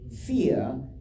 fear